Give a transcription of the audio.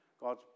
God